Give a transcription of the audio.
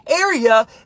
area